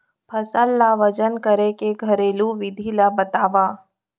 फसल ला वजन करे के घरेलू विधि ला बतावव?